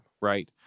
right